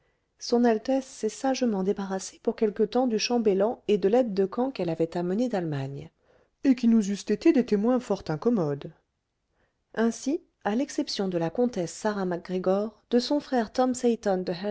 son altesse s'est sagement débarrassée pour quelque temps du chambellan et de l'aide de camp qu'elle avait amenés d'allemagne et qui nous eussent été des témoins fort incommodes ainsi à l'exception de la comtesse sarah mac gregor de son frère tom